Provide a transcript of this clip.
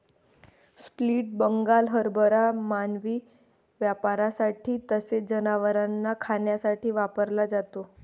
split Bengal हरभरा मानवी वापरासाठी तसेच जनावरांना खाण्यासाठी वापरला जातो